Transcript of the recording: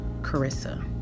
Carissa